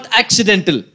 accidental